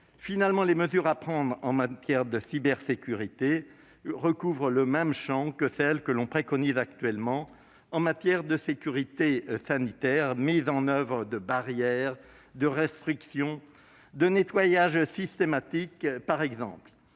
Finalement, les mesures à prendre en matière de cybersécurité recouvrent le même champ que celles qui sont préconisées actuellement en matière de sécurité sanitaire : mise en oeuvre de barrières, de restrictions, ou encore nettoyage systématique ...